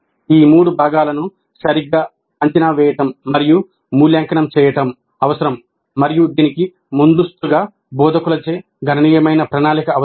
ఈ మూడు భాగాలను సరిగ్గా అంచనా వేయడం మరియు మూల్యాంకనం చేయడం అవసరం మరియు దీనికి ముందస్తు బోధకులచే గణనీయమైన ప్రణాళిక అవసరం